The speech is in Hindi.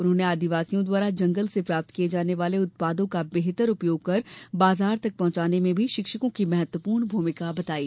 उन्होंने आदिवासियों द्वारा जंगल से प्राप्त किए जाने वाले उत्पादों का बेहतर प्रर्योग कर बाजार तक पहुंचाने में भी शिक्षकों की महत्वपूर्ण भूमिका बताई